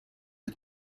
the